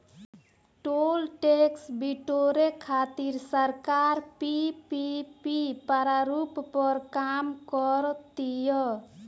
toll tax बिटोरे खातिर सरकार पीपीपी प्रारूप पर काम कर तीय